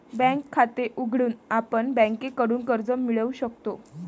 bank खाते उघडून आपण बँकेकडून कर्ज मिळवू शकतो